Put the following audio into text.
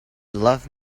love